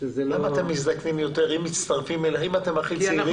למה אתם מזדקנים יותר אם אתם הכי צעירים?